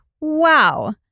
wow